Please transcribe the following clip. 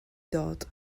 ddod